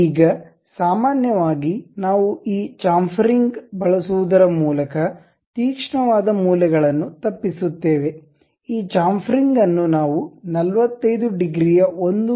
ಈಗ ಸಾಮಾನ್ಯವಾಗಿ ನಾವು ಈ ಚಾಂಫರಿಂಗ್ ಬಳಸುವುದರ ಮೂಲಕ ತೀಕ್ಷ್ಣವಾದ ಮೂಲೆಗಳನ್ನು ತಪ್ಪಿಸುತ್ತೇವೆ ಈ ಚಾಂಫರಿಂಗ್ ಅನ್ನು ನಾವು 45 ಡಿಗ್ರಿಯ 1 ಮಿ